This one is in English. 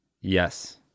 Yes